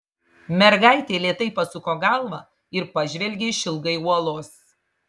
mergaitė lėtai pasuko galvą ir pažvelgė išilgai uolos